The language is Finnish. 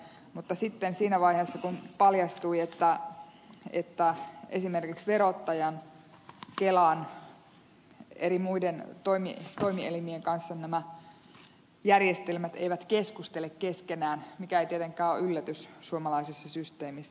mutta sitten paljastui että esimerkiksi verottajan kelan muiden eri toimielimien kanssa nämä järjestelmät eivät keskustele keskenään mikä ei tietenkään ole yllätys suomalaisessa systeemissä